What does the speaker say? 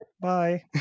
Bye